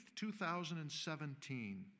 2017